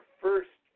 first